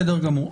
תודה רבה.